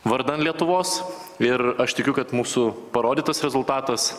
vardan lietuvos ir aš tikiu kad mūsų parodytas rezultatas